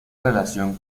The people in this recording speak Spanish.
relación